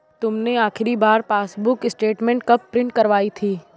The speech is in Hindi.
तुमने आखिरी बार पासबुक स्टेटमेंट कब प्रिन्ट करवाई थी?